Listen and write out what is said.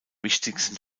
wichtigsten